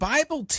Bible